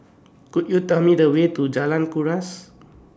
Could YOU Tell Me The Way to Jalan Kuras